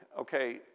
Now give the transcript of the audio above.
Okay